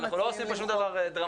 אנחנו לא עושים פה שום דבר דרמטי,